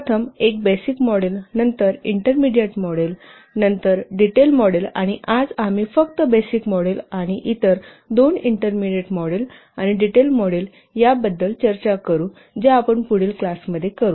प्रथम एक basic model नंतर इंटरमीडिएट मॉडेल नंतर डिटेल मॉडेल आणि आज आम्ही फक्त बेसिक मॉडेल आणि इतर दोन इंटरमीडिएट मॉडेल आणि डिटेल मॉडेल याबद्दल चर्चा करू ज्या आपण पुढील क्लास मध्ये चर्चा करू